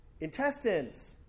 intestines